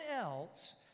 else